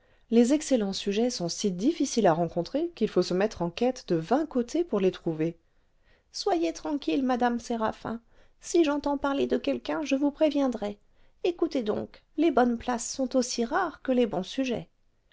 les excellents sujets sont si difficiles à rencontrer qu'il faut se mettre en quête de vingt côtés pour les trouver soyez tranquille madame séraphin si j'entends parler de quelqu'un je vous préviendrai écoutez donc les bonnes places sont aussi rares que les bons sujets